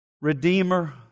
Redeemer